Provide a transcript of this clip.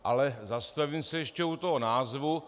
Ale zastavím se ještě u toho názvu.